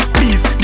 Please